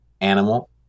animal